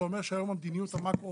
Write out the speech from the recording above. זה אומר שהיום המדיניות המקרו